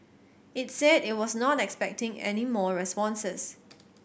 it said it was not expecting any more responses